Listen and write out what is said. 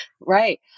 right